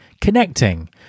connecting